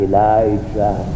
Elijah